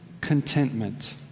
contentment